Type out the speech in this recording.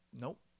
nope